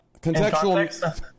contextual